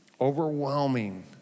Overwhelming